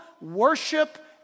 worship